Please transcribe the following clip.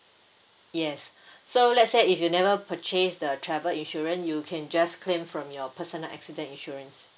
yes so let's say if you never purchase the travel insurance you can just claim from your personal accident insurance